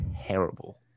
terrible